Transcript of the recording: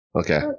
okay